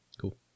Cool